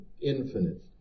infinite